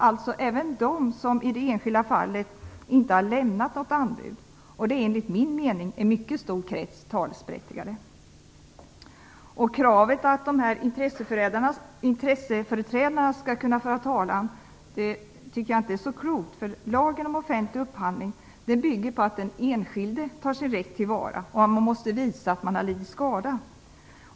Alltså även de som inte har lämnat något anbud i det enskilda fallet. Enligt min mening är det en mycket stor krets talesberättigade. Jag tycker inte att kravet att intresseföreträdare skall kunna föra talan är så klokt. Lagen om offentlig upphandling bygger på att den enskilde tar sin rätt till vara. Man måste visa att man har lidit skada.